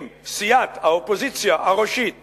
אם סיעת האופוזיציה הראשית